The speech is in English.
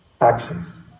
actions